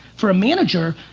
for a manager,